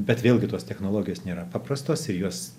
bet vėlgi tos technologijos nėra paprastos ir jos